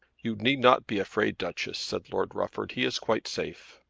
you need not be afraid, duchess, said lord rufford. he is quite safe.